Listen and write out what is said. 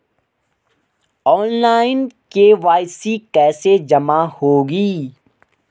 Online KYC कैसे जमा होगी?